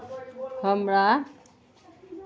हमरा